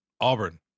Auburn